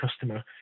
customer